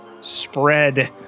spread